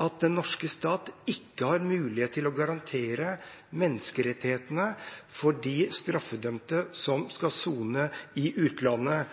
at den norske stat ikke har mulighet til å garantere menneskerettighetene for de straffedømte som skal sone i utlandet?